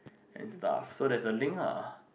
and stuff so there's a link ah